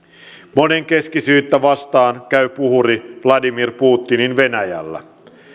monenkeskisyyttä vastaan käy puhuri vladimir putinin venäjällä